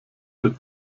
der